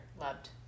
loved